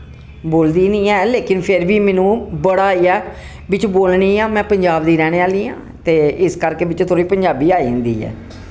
बोलदी निं ऐ लेकिन फिर बी मैनु बड़ा गै बिच्च बोलनी आं में पंजाब दी रैह्नें आह्ली आं ते इस करके बिच्च थोह्ड़ी पंजाबी आई जंदी ऐ